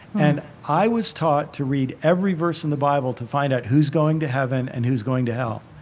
and i was taught to read every verse in the bible to find out who's going to heaven and who's going to hell.